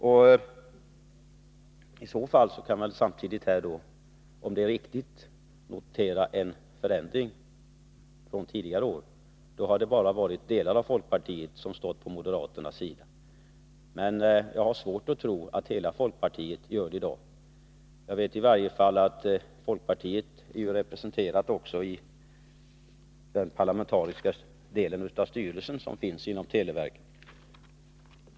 Om det är riktigt, noterar jag en förändring jämfört med vad som varit fallet tidigare år. Tidigare stod nämligen bara en del folkpartister på moderaternas sida. Jag har emellertid svårt att tro att alla i folkpartiet gör det i dag. I varje fall vet jag att folkpartiet är representerat i den parlamentariskt sammansatta delen av styrelsen i televerket.